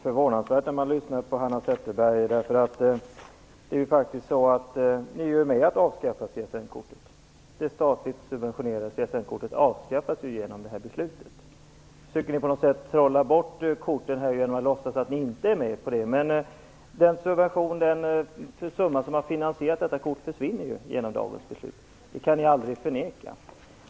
Fru talman! Det Hanna Zetterberg säger är litet förvånansvärt. Vänsterpartiet är ju med och avskaffar det statligt subventionerade CSN-kortet. Det avskaffas genom det här beslutet. Nu försöker ni på något sätt att trolla bort korten genom att låtsas att ni inte är med på det. Men den summa som har finansierat detta kort försvinner ju genom dagens beslut. Det kan ni aldrig förneka.